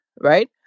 right